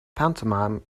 pantomime